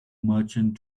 merchant